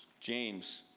James